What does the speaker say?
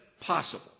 possible